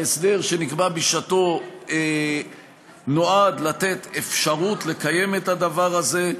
ההסדר שנקבע בשעתו נועד לתת אפשרות לקיים את הדבר הזה.